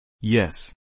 Yes